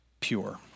pure